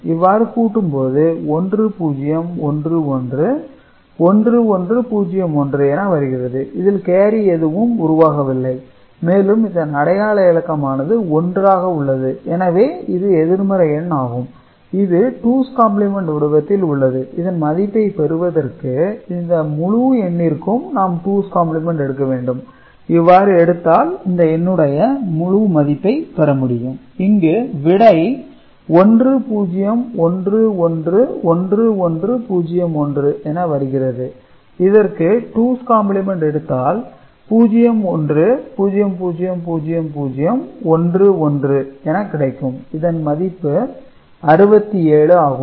இவ்வாறு கூட்டும்போது 1011 1101 என வருகிறது இதில் கேரி எதுவும் உருவாகவில்லை மேலும் இதன் அடையாள இலக்கமானது 1 ஆக உள்ளது எனவே இது எதிர்மறை எண் ஆகும் இது டூஸ் காம்ப்ளிமென்ட் வடிவத்தில் உள்ளது இதன் மதிப்பை பெறுவதற்கு இந்த முழு எண்ணிற்கும் நாம் டூஸ் காம்ப்ளிமென்ட் எடுக்க வேண்டும் இவ்வாறு எடுத்தால் இந்த எண்ணுடைய முழு மதிப்பை பெறமுடியும் இங்கு விடை 1 0 1 1 1 1 0 1 என வருகிறது இதற்கு டூஸ் காம்ப்ளிமென்ட் எடுத்தால் 0 1 0 0 0 0 1 1 என கிடைக்கும் இதன் மதிப்பு 67 ஆகும்